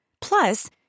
Plus